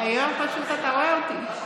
היום פשוט אתה רואה אותי.